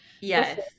Yes